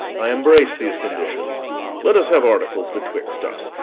i embrace these conditions let us have articles betwixt us.